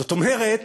זאת אומרת,